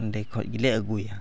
ᱚᱸᱰᱮ ᱠᱷᱚᱱ ᱜᱮᱞᱮ ᱟᱹᱜᱩᱭᱟ